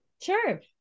Sure